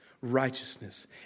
righteousness